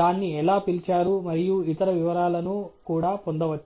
దాన్ని ఎలా పిలిచారు మరియు ఇతర వివరాలను కూడా పొందవచ్చు